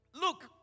look